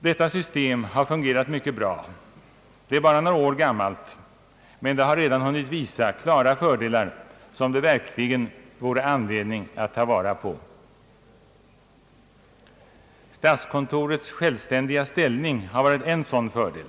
Detta system har fungerat mycket bra. Det är bara några år gammalt men har re dan hunnit visa klara fördelar, som det verkligen vore anledning att ta vara på. Statskontorets självständiga ställning har varit en sådan fördel.